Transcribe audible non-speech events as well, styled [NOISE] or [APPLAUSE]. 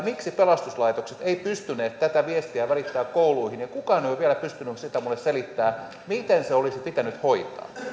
[UNINTELLIGIBLE] miksi pelastuslaitokset eivät pystyneet tätä viestiä välittämään kouluihin ja kukaan ei ole vielä pystynyt sitä minulle selittämään miten se olisi pitänyt hoitaa